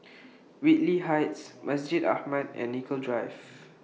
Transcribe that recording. Whitley Heights Masjid Ahmad and Nicoll Drive